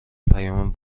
پیام